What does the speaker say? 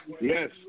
Yes